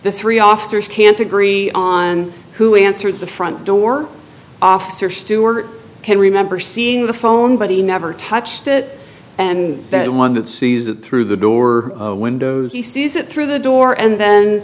the three officers can't agree on who answered the front door officer stuart can remember seeing the phone but he never touched it and that one that sees it through the door windows he sees it through the door and then